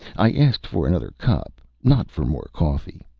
i asked for another cup, not for more coffee.